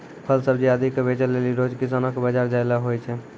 फल सब्जी आदि क बेचै लेलि रोज किसानो कॅ बाजार जाय ल होय छै